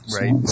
Right